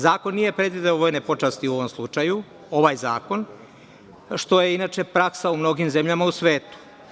Zakon nije predvideo vojne počasti u ovom slučaju, ovaj zakon, što je inače praksa u mnogim zemljama u svetu.